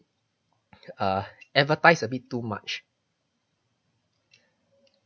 err advertise a bit too much